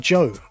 Joe